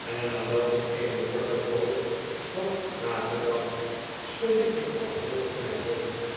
en nadat ik eene korte poos had nagedacht schudde ik wanhopig mijn hoofd